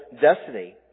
destiny